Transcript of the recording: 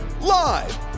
Live